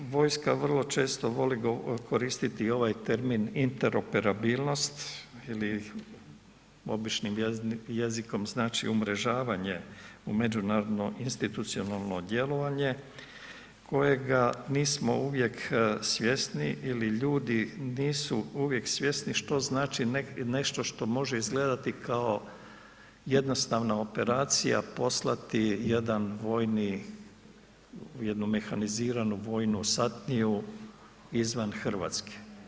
Vojska vrlo često voli koristiti i ovaj termin interoperabilnost ili običnim jezikom znači umrežavanje u međunarodno institucionalno djelovanje koje ga nismo uvijek svjesni ili ljudi nisu uvijek svjesni što znači nešto što može izgledati kao jednostavna operacija poslati jedan vojni, jednu mehaniziranu vojnu satniju izvan Hrvatske.